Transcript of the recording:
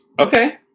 Okay